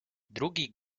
drugi